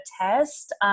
test